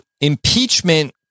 Impeachment